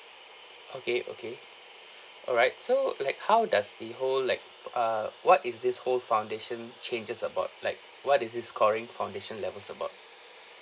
okay okay alright so uh like how does the whole like uh what is this whole foundation changes about like what is this scoring foundation levels about